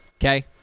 okay